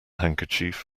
handkerchief